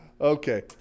Okay